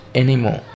anymore